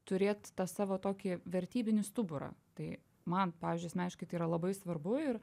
turėt tą savo tokį vertybinį stuburą tai man pavyzdžiui asmeniškai tai yra labai svarbu ir